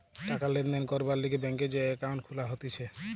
টাকা লেনদেন করবার লিগে ব্যাংকে যে একাউন্ট খুলা হতিছে